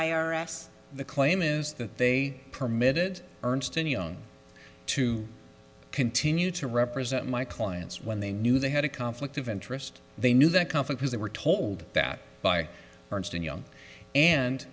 s the claim is that they permitted ernst and young to continue to represent my clients when they knew they had a conflict of interest they knew that conflict was they were told that by ernst and young and